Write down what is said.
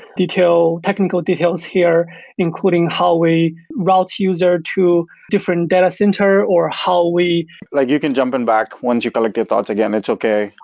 technical details here including how we route user to different data center or how we like you can jump in back once you collect your thoughts again, it's okay.